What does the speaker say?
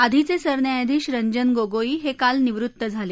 आधीचे सरन्यायाधीश रंजन गोगोई हे काल निवृत्त झाले